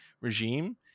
regime